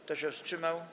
Kto się wstrzymał?